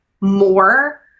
more